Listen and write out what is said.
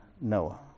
Noah